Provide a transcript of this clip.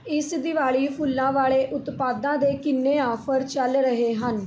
ਇਸ ਦਿਵਾਲੀ ਫੁੱਲਾਂ ਵਾਲ਼ੇ ਉਤਪਾਦਾਂ ਦੇ ਕਿੰਨੇ ਆਫ਼ਰ ਚੱਲ ਰਹੇ ਹਨ